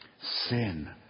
Sin